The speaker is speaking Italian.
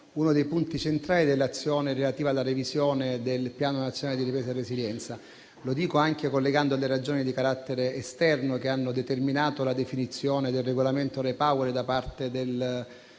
uno dei punti centrali dell'azione relativa alla revisione del Piano nazionale di ripresa e resilienza. Lo dico anche collegandomi alle ragioni di carattere esterno che hanno determinato la definizione del regolamento REPower da parte della